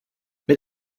mit